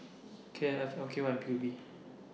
K F L K Y and P U B